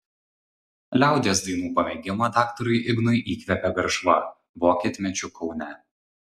liaudies dainų pamėgimą daktarui ignui įkvėpė garšva vokietmečiu kaune